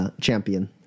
champion